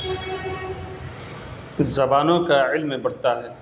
زبانوں کا علم میں بڑھتا ہے